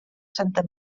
santa